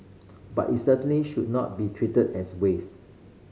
but it certainly should not be treated as waste